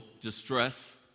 distress